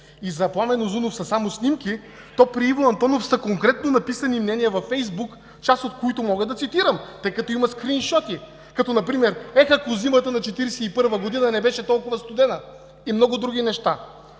и за Пламен Узунов, там са само снимки, но при Иво Антонов са конкретно написани мнения във фейсбук, част от които мога да цитирам, тъй като има скрийншотинг, като например: „Ех, ако зимата на 1941 г. не беше толкова студена“ и много други неща.